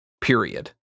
period